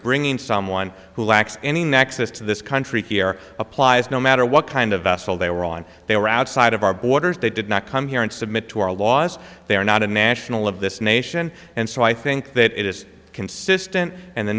bringing someone who lacks any nexus to this country here applies no matter what kind of vessel they were on they were outside of our borders they did not come here and submit to our laws they are not a national of this nation and so i think that it is consistent and the